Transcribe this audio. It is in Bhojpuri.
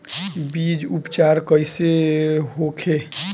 बीज उपचार कइसे होखे?